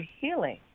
healing